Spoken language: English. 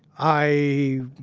i